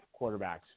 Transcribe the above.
quarterbacks